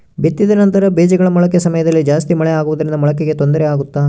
ಬಿತ್ತಿದ ನಂತರ ಬೇಜಗಳ ಮೊಳಕೆ ಸಮಯದಲ್ಲಿ ಜಾಸ್ತಿ ಮಳೆ ಆಗುವುದರಿಂದ ಮೊಳಕೆಗೆ ತೊಂದರೆ ಆಗುತ್ತಾ?